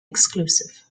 exclusive